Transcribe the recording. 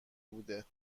بوده